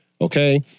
okay